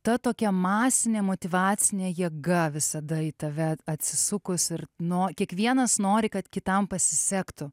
ta tokia masinė motyvacinė jėga visada į tave atsisukus ir no kiekvienas nori kad kitam pasisektų